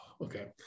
okay